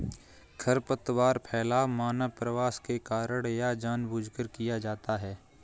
खरपतवार फैलाव मानव प्रवास के कारण या जानबूझकर किया जाता हैं